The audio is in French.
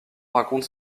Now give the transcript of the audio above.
raconte